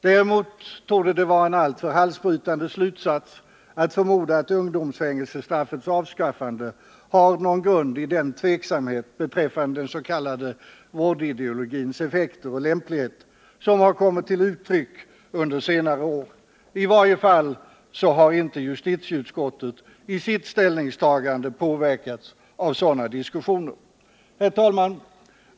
Däremot torde det vara en alltför halsbrytande slutsats att förmoda att ungdomsfängelsestraffets avskaffande har någon grund i den tveksamhet beträffande den s.k. vårdideologins effekter och lämplighet som kommit till uttryck under senare år. I varje fall har justitieutskottet i sitt ställningstagande inte påverkats av sådana diskussioner. Herr talman!